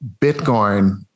Bitcoin